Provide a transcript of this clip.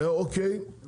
אוקיי.